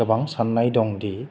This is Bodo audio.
गोबां साननाय दंदि